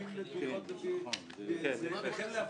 למה אתה